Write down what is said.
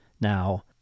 Now